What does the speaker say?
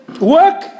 work